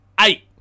Eight